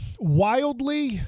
wildly